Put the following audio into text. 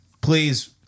please